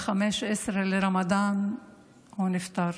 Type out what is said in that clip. וב-15 לרמדאן הוא נפטר.